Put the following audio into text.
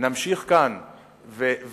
נמשיך כאן ומפה,